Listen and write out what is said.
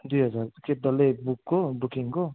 दुई हजार के डल्लै बुकको बुकिङको